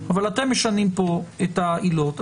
אבל אתם משנים פה את העילות,